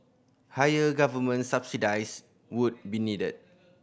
higher government subsidise would be needed